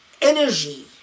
energy